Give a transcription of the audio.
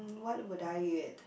what would I eat